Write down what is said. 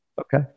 Okay